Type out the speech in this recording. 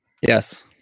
Yes